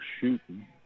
shooting